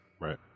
Right